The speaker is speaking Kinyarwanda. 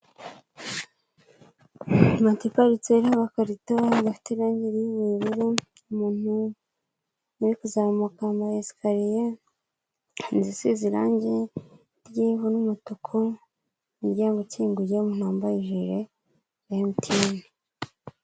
Moto iparitseho agarito gafite irangi y'ubururu, umuntu uri kuzamuka ama esikariye, inzu isize irangi ry'ivu n'umutuku, umuryango ukinguye umuntu wambaye ijire ya emutiyene.